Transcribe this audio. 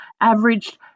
averaged